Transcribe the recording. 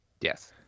Yes